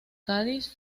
cádiz